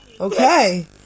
Okay